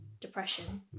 depression